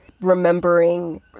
remembering